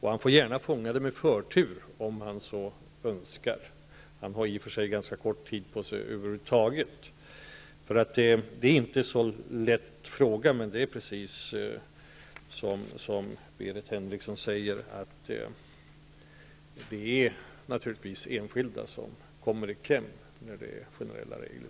Han får gärna göra det med förtur, om han så önskar. Han har i och för sig ganska kort tid på sig. Det är inte en lätt fråga. Men precis som Birgit Henriksson säger är det enskilda som kommer i kläm när vi har generella regler.